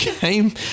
game